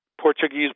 Portuguese